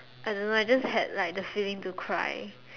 I don't know I just had the feeling to cry